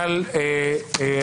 אני מחדש את